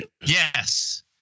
Yes